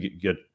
get